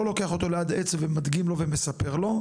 לוקח אותו ליד עץ ומדגים לו ומספר לו,